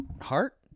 heart